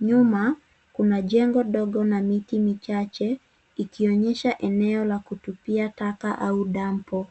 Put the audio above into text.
Nyuma kuna jengo ndogo na miti michache, ikionesha eneo la kutupia taka au dambo.